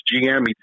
GM